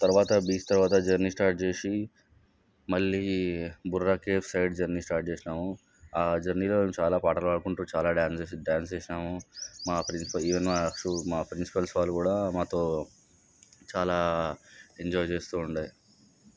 తర్వాత బీచ్ తర్వాత journey start చేసి మళ్ళీ Borra caves side journey start చేసినాము ఆ జర్నీలో నేను చాలా పాటలు పాడుకుంటు చాలా డ్యాన్స్ డ్యాన్స్ చేసినాము మా ప్రిన్సిపల్ ఈవెన్ మా ప్రిన్సిపల్ సార్ కూడా మాతో చాలా ఎంజాయ్ చేస్తు ఉండే